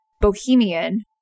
bohemian